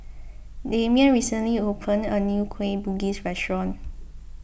Demian recently opened a new Kueh Bugis restaurant